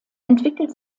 entwickelt